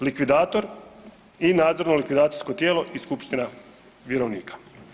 Likvidator i nadzorno likvidacijsko tijelo i skupština vjerovnika.